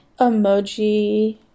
emoji